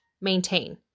maintain